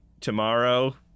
tomorrow